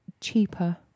cheaper